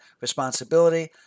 responsibility